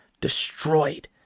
destroyed